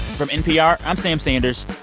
from npr, i'm sam sanders.